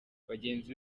bagenzi